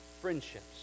friendships